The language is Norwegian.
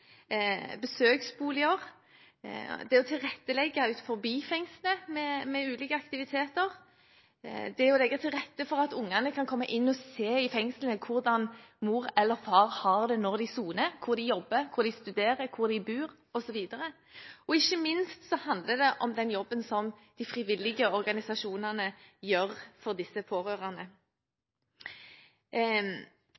besøksboliger. Det handler om å tilrettelegge for ulike aktiviteter utenfor fengslet. Det handler om å legge til rette for at ungene kan komme inn i fengslet og se hvordan mor eller far har det når de soner, hvor de jobber, hvor de studerer, hvor de bor, osv. Ikke minst handler det også om den jobben som de frivillige organisasjonene gjør for disse pårørende.